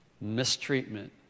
mistreatment